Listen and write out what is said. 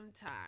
time